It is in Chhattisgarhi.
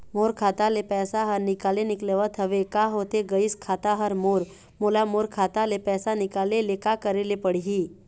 मोर खाता ले पैसा हर निकाले निकलत हवे, का होथे गइस खाता हर मोर, मोला मोर खाता ले पैसा निकाले ले का करे ले पड़ही?